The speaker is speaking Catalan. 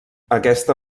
aquesta